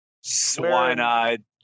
swine-eyed